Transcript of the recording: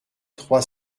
trois